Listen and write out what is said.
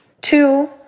two